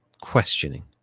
questioning